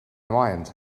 mind